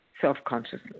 Self-consciousness